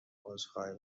عذرخواهی